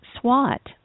SWAT